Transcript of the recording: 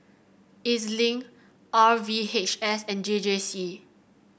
E Z Link R V H S and J J C